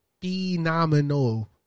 phenomenal